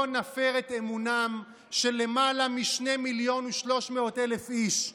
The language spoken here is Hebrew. לא נפר את אמונם של למעלה משני מיליון ו-300,000 איש,